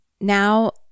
now